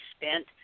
spent